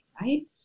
right